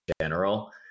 general